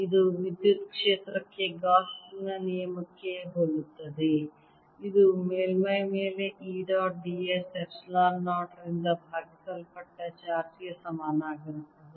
ಇದು ವಿದ್ಯುತ್ ಕ್ಷೇತ್ರಕ್ಕೆ ಗಾಸ್ ನ ನಿಯಮಕ್ಕೆ ಹೋಲುತ್ತದೆ ಇದು ಮೇಲ್ಮೈ ಮೇಲೆ E dot d s epsilon 0 ರಿಂದ ಭಾಗಿಸಲ್ಪಟ್ಟ ಚಾರ್ಜ್ ಗೆ ಸಮನಾಗಿರುತ್ತದೆ